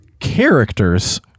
characters